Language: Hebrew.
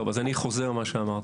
טוב, אז אני חוזר למה שאמרתי,